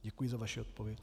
Děkuji za vaši odpověď.